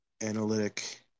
analytic